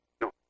no